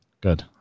good